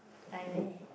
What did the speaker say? like where